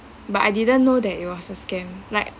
but I didn't know that it was a scam like